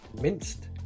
minced